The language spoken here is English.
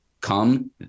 come